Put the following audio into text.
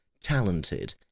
talented